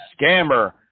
scammer